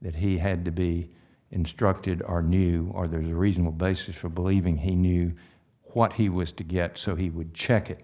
that he had to be instructed our new or there's a reason a basis for believing he knew what he was to get so he would check it